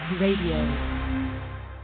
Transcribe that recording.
Radio